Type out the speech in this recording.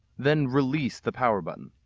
then release the power button.